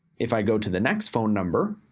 if i go to the next phone number,